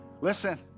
Listen